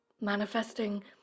manifesting